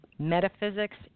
metaphysics